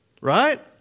Right